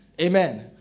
Amen